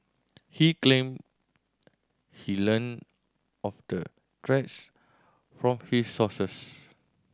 he claimed he learnt of the threats from his sources